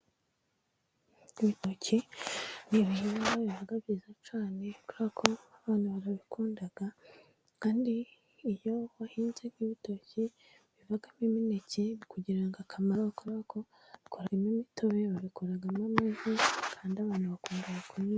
Ibitoki ni ibihingwa biba byiza cyane, kubera ko abantu barabikunda. Kandi iyo wahinze nk'ibitoki bivamo imineke bikugirira akamaro kubera ko babikoramo imitobe, babikoramo n'amaji, kandi abantu bakunda kubinywa.